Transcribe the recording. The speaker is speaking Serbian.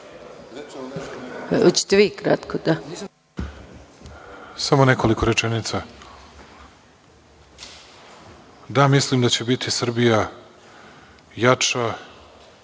Samo nekoliko rečenica. Da, mislim da će biti Srbija jača